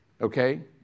Okay